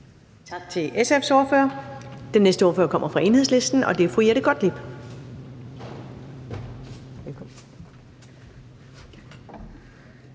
Tak til SF's ordfører. Den næste ordfører kommer fra Enhedslisten, og det er fru Jette Gottlieb.